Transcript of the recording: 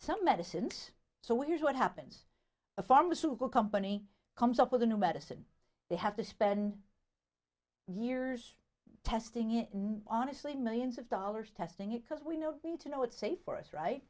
some medicines so here's what happens a pharmaceutical company comes up with a new medicine they have to spend years testing it honestly millions of dollars testing it because we know we need to know it's safe for us right